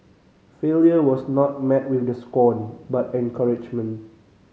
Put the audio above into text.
failure was not met with the scorn but encouragement